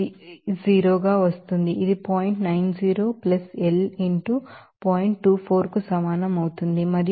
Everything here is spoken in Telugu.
30 గా వస్తుంది ఇది 0